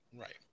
Right